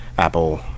Apple